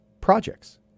projects